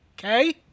Okay